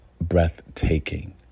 breathtaking